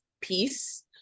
piece